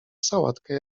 sałatkę